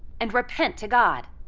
and repent to god.